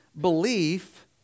belief